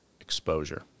exposure